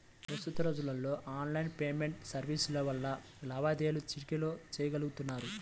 ప్రస్తుత రోజుల్లో online payment సర్వీసుల వల్ల లావాదేవీలు చిటికెలో చెయ్యగలుతున్నారు